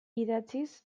idatziz